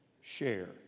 share